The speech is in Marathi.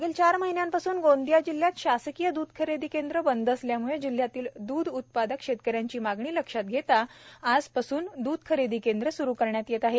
मागील चार महिन्यापासून गोंदिया जिल्ह्यातील शासकीय दूध खरेदी केंद्र बंद असल्याम्ळे जिल्ह्यातील दूध उत्पादक शेतकऱ्यांची मागणी लक्षात घेता आजपासून दुध खरेदी केंद्र सुरु करण्यात येत आहे